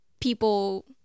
people